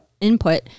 input